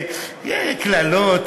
קללות,